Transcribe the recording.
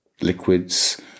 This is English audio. liquids